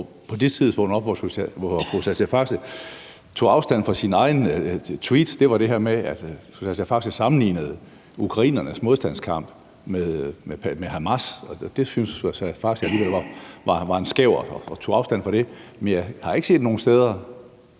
på det tidspunkt, hvor fru Sascha Faxe tog afstand fra sin egen tweet, gjaldt det her med, at fru Sascha Faxe sammenlignede ukrainernes modstandskamp med Hamas, og det syntes fru Sascha Faxe alligevel var en skævert og tog afstand fra. Men jeg har ikke set nogen steder,